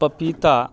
पपीता